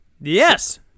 yes